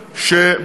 רבותי,